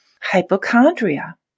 hypochondria